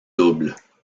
doubles